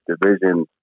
division –